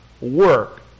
work